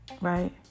right